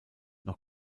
noch